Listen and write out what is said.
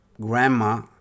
grandma